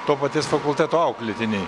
to paties fakulteto auklėtiniai